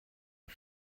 ond